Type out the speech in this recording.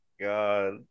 God